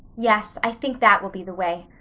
yes, i think that will be the way.